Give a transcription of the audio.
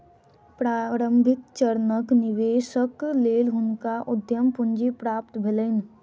प्रारंभिक चरणक निवेशक लेल हुनका उद्यम पूंजी प्राप्त भेलैन